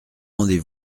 rendez